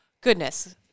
goodness